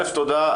תודה.